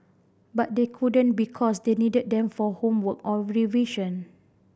but they couldn't because they needed them for homework or vision